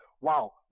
Wow